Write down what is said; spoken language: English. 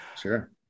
Sure